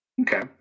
Okay